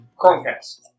Chromecast